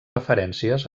referències